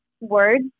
words